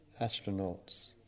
astronauts